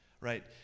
right